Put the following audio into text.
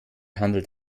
handelt